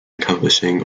encompassing